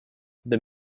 this